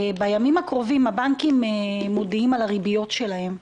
בימים הקרובים הבנקים מודיעים על הריביות שלהם.